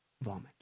vomit